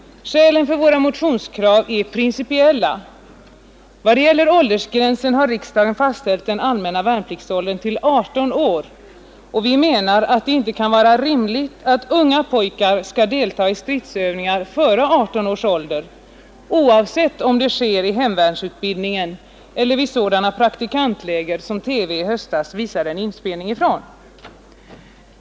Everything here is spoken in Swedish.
Skälen för våra motionskrav är principiella. I vad gäller åldersgränsen har riksdagen fastställt den allmänna värnpliktsåldern till 18 år, och vi menar att det inte kan vara rimligt att unga pojkar skall delta i stridsövningar före 18 års ålder, oavsett om det sker i hemvärnsutbildningen eller vid sådana praktikantläger som TV i höstas visade en inspelning från.